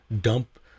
dump